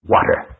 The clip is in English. Water